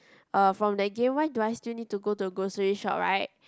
uh from that game why do I still need to go to the grocery shop right